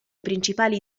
principali